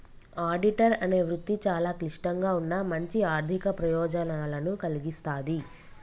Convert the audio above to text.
auditor అనే వృత్తి చాలా క్లిష్టంగా ఉన్నా మంచి ఆర్ధిక ప్రయోజనాలను కల్గిస్తాది